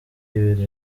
ibintu